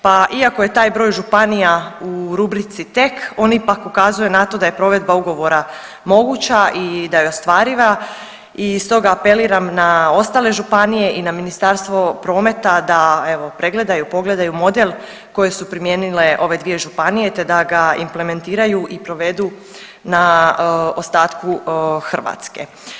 Pa iako je taj broj županiji u rubrici tek, oni pak ukazuju na to da je provedba ugovora moguća i da je ostvariva i stoga apeliram na ostale županije i na Ministarstvo prometa da evo, pregledaju, pogledaju model koje su primijenile ove dvije županije te da ga implementiraju i provedu na ostatku Hrvatske.